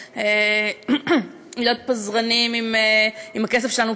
להיות פזרנים עם הכסף שלנו,